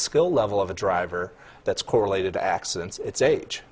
skill level of a driver that's correlated to accidents it's a huge